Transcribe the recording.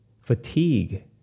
fatigue